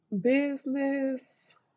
business